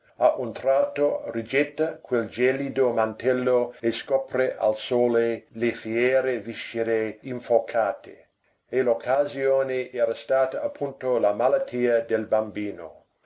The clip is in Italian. a un tratto rigetta quel gelido mantello e scopre al sole le fiere viscere infocate e l'occasione era stata appunto la malattia del bambino